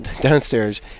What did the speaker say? downstairs